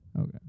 Okay